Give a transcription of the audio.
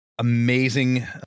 Amazing